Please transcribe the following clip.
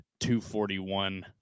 241